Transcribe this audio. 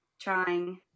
trying